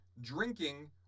Drinking